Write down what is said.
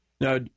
now